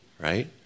right